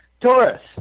Taurus